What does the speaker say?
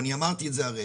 ואני אמרתי את זה הרגע,